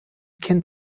kind